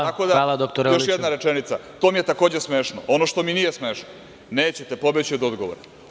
Tako da, još jedna rečenica, to mi je takođe smešno, ono što mi nije smešno, nećete pobeći od odgovora.